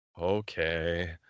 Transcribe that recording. okay